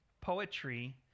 poetry